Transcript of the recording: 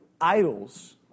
Idols